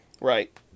Right